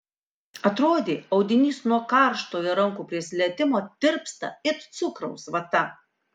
atrodė audinys nuo karšto jo rankų prisilietimo tirpsta it cukraus vata